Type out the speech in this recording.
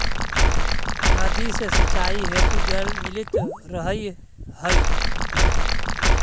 नदी से सिंचाई हेतु जल मिलित रहऽ हइ